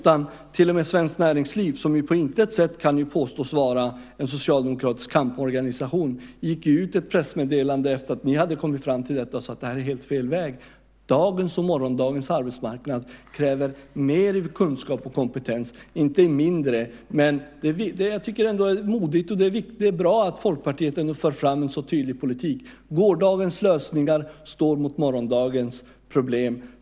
Till om med Svenskt Näringsliv, som på intet sätt kan påstås vara en socialdemokratisk kamporganisation, gick ut med ett pressmeddelande efter det att ni hade kommit fram till detta och sade: Det här är helt fel väg. Dagens och morgondagens arbetsmarknad kräver mer av kunskap och kompetens, inte mindre. Det är ändå modigt och bra att Folkpartiet för fram en så tydlig politik. Gårdagens lösningar står mot morgondagens problem.